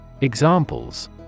Examples